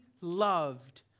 loved